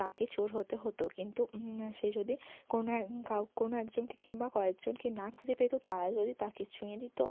তাকে চোর হতে হতো কিন্তু সে যদি কোনো কেউ কোনো একজনকে কিংবা কয়েকজনকে না খুঁজে পেত তারা যদি তাকে ছুঁয়ে দিত